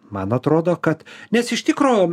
man atrodo kad nes iš tikro